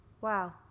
Wow